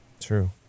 True